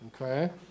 Okay